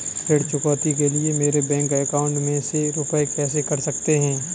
ऋण चुकौती के लिए मेरे बैंक अकाउंट में से रुपए कैसे कट सकते हैं?